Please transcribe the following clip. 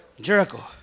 Jericho